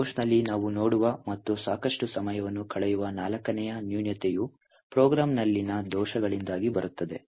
ಈ ಕೋರ್ಸ್ನಲ್ಲಿ ನಾವು ನೋಡುವ ಮತ್ತು ಸಾಕಷ್ಟು ಸಮಯವನ್ನು ಕಳೆಯುವ ನಾಲ್ಕನೇ ನ್ಯೂನತೆಯು ಪ್ರೋಗ್ರಾಂನಲ್ಲಿನ ದೋಷಗಳಿಂದಾಗಿ ಬರುತ್ತದೆ